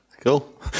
Cool